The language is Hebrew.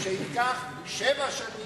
שיידרשו שבע שנים,